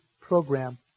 program